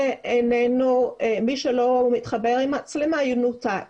מי שלא מתחבר עם מצלמה - ינותק.